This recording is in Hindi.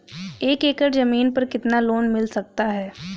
एक एकड़ जमीन पर कितना लोन मिल सकता है?